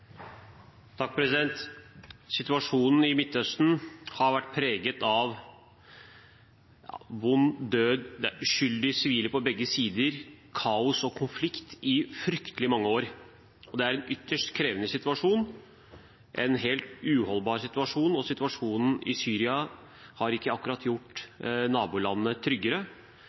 Situasjonen i Midtøsten har vært preget av vond død, uskyldige sivile på begge sider og kaos og konflikt i fryktelig mange år. Det er en ytterst krevende situasjon – en helt uholdbar situasjon. Situasjonen i Syria har ikke akkurat gjort